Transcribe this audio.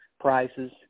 prices